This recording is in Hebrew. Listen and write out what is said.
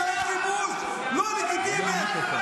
והכיבוש לא לגיטימי.